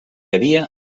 havia